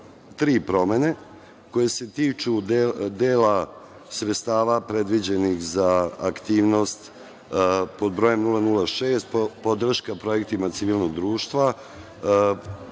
promene koje se tiču dela sredstava predviđenih za aktivnost. Pod brojem 006 – podrška projektima civilnog društva,